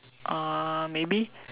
ah maybe